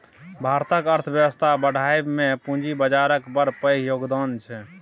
भारतक अर्थबेबस्था बढ़ाबइ मे पूंजी बजारक बड़ पैघ योगदान छै